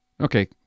Okay